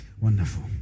Wonderful